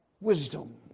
wisdom